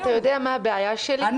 אתה יודע מה הבעיה שלי,